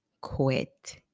quit